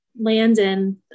Landon